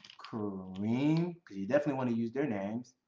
karim, cause you definitely wanna use their names,